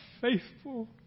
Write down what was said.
faithful